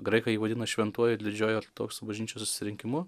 graikai jį vadina šventuoju ir didžiuoju ortodoksų bažnyčios susirinkimu